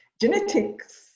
genetics